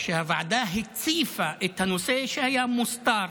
שהוועדה הציפה את הנושא שהיה מוסתר